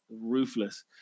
Ruthless